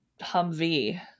Humvee